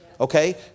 Okay